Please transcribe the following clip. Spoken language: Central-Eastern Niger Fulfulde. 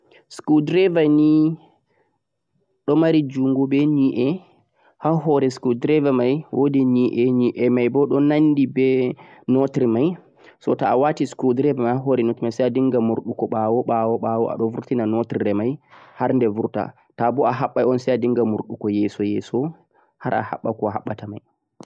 screwdriver don mari jongo be yi'e haa hoore screwdriver mei woodi yi'e yi'e mei boh naangi be nootir mei so a waati screwdriver mei a hoori sai a dingha mordhugo baawo-baawo a don ittu notir mei harde burta boh a habban sai a dinghan murdugo yeso-yeso har a habago habata mei